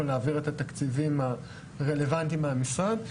נעביר את התקציבים הרלוונטיים מהמשרד.